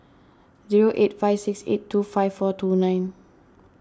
zero eight five six eight two five four two nine